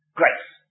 grace